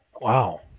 Wow